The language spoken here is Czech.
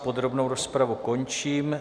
Podrobnou rozpravu končím.